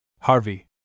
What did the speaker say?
Harvey